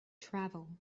travel